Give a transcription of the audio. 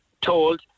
told